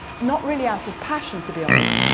not really out of passion, to be honest,